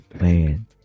man